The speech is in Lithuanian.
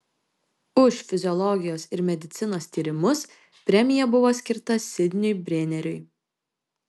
už fiziologijos ir medicinos tyrimus premija buvo skirta sidniui brėneriui